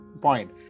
point